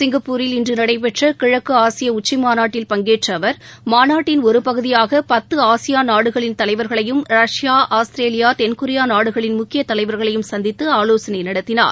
சிங்கப்பூரில் இன்று நடைபெற்ற கிழக்கு ஆசிய உச்சிமாநாட்டில் பங்கேற்ற அவர் மாநாட்டின் ஒரு பகுதியாக பத்து ஆசியான் நாடுகளின் தலைவர்களையும் ரஷ்யா ஆஸ்திரேலியா தென்கொரியா நாடுகளின் முக்கிய தலைவர்களையும் சந்தித்து ஆலோசனை நடத்தினார்